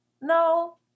no